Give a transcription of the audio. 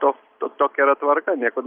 tos to tokia tvarka niekur